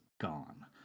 gone